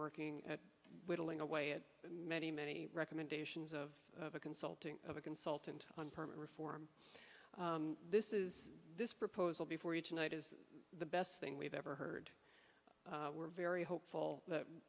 in a way it many many recommendations of a consulting of a consultant on permit reform this is this proposal before you tonight is the best thing we've ever heard we're very hopeful that